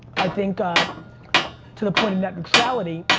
i think to the point of net neutrality,